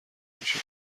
میشی